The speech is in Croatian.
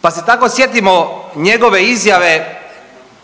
Pa se tako sjetimo njegove izjave